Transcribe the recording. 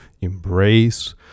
embrace